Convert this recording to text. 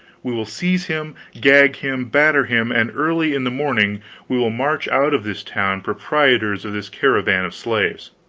we will seize him, gag him, batter him, and early in the morning we will march out of this town, proprietors of this caravan of slaves.